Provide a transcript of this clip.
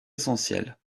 essentiels